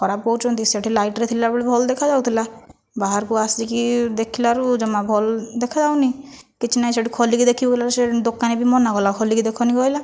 ଖରାପ କହୁଛନ୍ତି ସେଠି ଲାଇଟ୍ରେ ଥିଲା ବେଳେ ଭଲ ଦେଖାଯାଉଥିଲା ବାହାରକୁ ଆସିକି ଦେଖିଲାରୁ ଜମା ଭଲ ଦେଖାଯାଉନାହିଁ କିଛି ନାହିଁ ସେଠି ଖୋଲିକି ଦେଖିବୁ କୁ ସେ ଦୋକାନୀ ବି ମନା କରିଦେଲା ଖୋଲିକି ଦେଖ ନାହିଁ କହିଲା